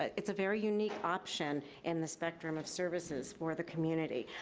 it's a very unique option in the spectrum of services for the community.